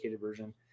version